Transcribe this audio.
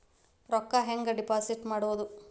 ರೊಕ್ಕ ಹೆಂಗೆ ಡಿಪಾಸಿಟ್ ಮಾಡುವುದು?